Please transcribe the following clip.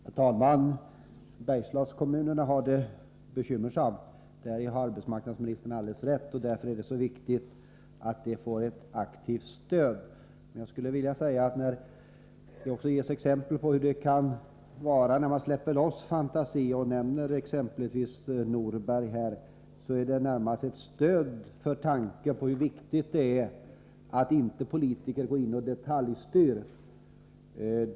Herr talman! Bergslagskommunerna har det bekymmersamt — däri har arbetsmarknadsministern alldeles rätt. Därför är det också viktigt att de får ett aktivt stöd. Hon gav också exempel på hur det kan vara när man släpper loss fantasin, och hon nämnde därvid Norberg. Detta är närmast ett stöd för uppfattningen att det är viktigt att politiker inte går in och detaljstyr.